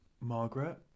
Margaret